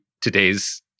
today's